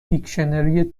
دیکشنری